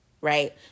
right